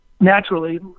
Naturally